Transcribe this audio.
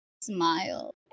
smile